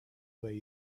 way